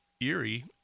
Erie